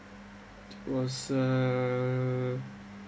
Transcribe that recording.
was uh